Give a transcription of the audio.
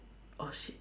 oh shit